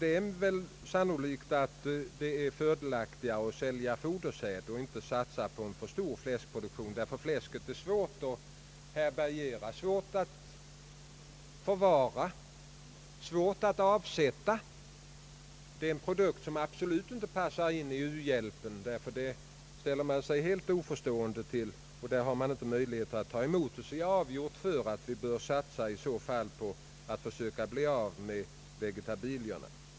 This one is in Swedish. Det är sannolikt fördelaktigare att sälja fodersäden än att satsa på en fläskproduktion som kan bli för stor. Det är svårt att förvara och avsätta fläsket, som absolut heller inte passar för uhjälpen; man har inte möjligheter att ta emot fläsket. Jag är alltså avgjort för att vi i herr Kristianssons exempel skall försöka bli av med vegetabilierna.